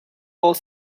are